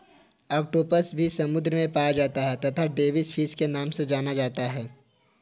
octopus भी समुद्र में पाया जाता है तथा डेविस फिश के नाम से जाना जाता है